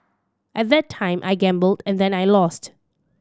at that time I gambled and then I lost